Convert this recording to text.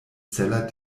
zeller